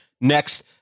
Next